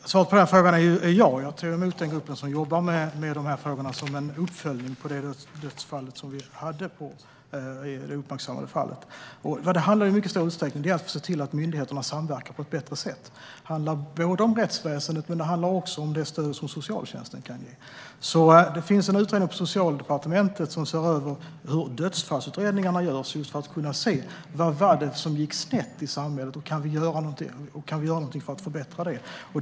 Fru talman! Svaret på den frågan är ja. Jag tog emot den grupp som jobbar med dessa frågor som en uppföljning till det uppmärksammade dödsfallet. Detta handlar i mycket stor utsträckning om att se till att myndigheterna samverkar på ett bättre sätt. Det handlar både om rättsväsendet och om det stöd som socialtjänsten kan ge. Det finns en utredning på Socialdepartementet, som ser över hur dödsfallsutredningarna görs just för att ta reda på vad som gått snett i samhället och om vi kan göra något för att förbättra det.